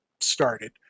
started